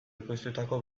ekoiztutako